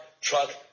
truck